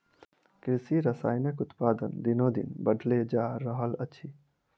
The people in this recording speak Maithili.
कृषि रसायनक उत्पादन दिनोदिन बढ़ले जा रहल अछि